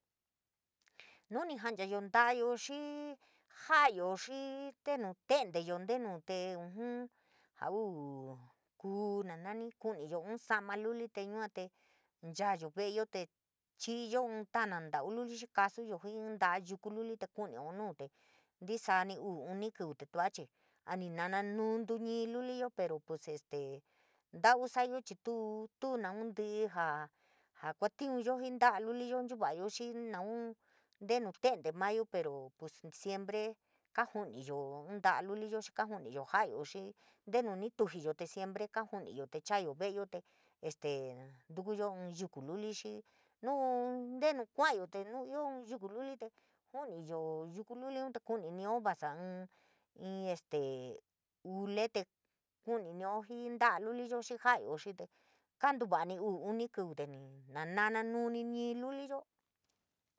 Nu ni ja’anchayo nta’ayo xii, ja’ayo xii, ntnu te’enteyo ntenu te ujun jauu kuu na nani kuniyo ín sa’ama luli te yua te nchayi ve’eyo te, chi’iyo ín tana ntau luli xii kaasuyo jii in nta’a yuku luli te ku’unio nuu, te ntesaani uy, uni, kíuu te tuua chii a ni nana nuuntu ñii luliyo, pero pues este ntau sa’ayo chii tuu tu naunti’i jaa jaa kuantiunyo jii nta’a luliyo, nchuva’ayo xii naun ntenu te’ente mayo pero pues siempre kaaju’uniyo inn ta’a luliyo te siempre kaajuniyo, te chaayo ve’eyo te este ntukuyo ínn yuku luli, xii nuu nteny kuwyi te nuu ioo ínn yuku luli te ju’uniyi yuku luliun tee ju’uninio vasa, ínn este ule te ku’uninio jii nta’a lulio, xii ja’ayo xii kantuvanio uu, uni kiuu, ni na nananuu ni ñii luliyo.